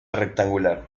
rectangular